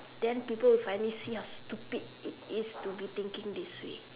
then people will finally see how stupid it is to be thinking this way